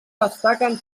destaquen